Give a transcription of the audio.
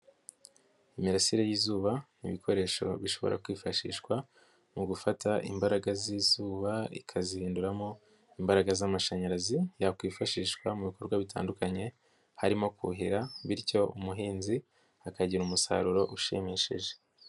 Imirasire y'izuba ni ibikoresho bishobora kwifashishwa mu gufata imbaraga z'izuba ikazihinduramo imbaraga z'amashanyarazi yakwifashishwa mu bikorwa bitandukanye, harimo kuhira bityo umuhinzi akagira umusaruro ushimishije.